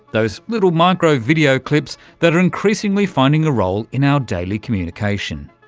those little micro-video clips that are increasingly finding a role in our daily communication.